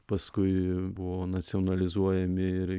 paskui buvo nacionalizuojami ir